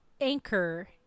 anchor